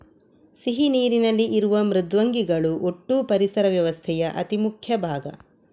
ಸಿಹಿ ನೀರಿನಲ್ಲಿ ಇರುವ ಮೃದ್ವಂಗಿಗಳು ಒಟ್ಟೂ ಪರಿಸರ ವ್ಯವಸ್ಥೆಯ ಅತಿ ಮುಖ್ಯ ಭಾಗ